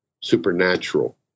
supernatural